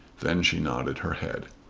then she nodded her head.